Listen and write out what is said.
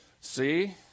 See